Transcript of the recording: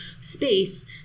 space